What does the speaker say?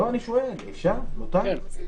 אני שואל, מותר?